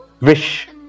wish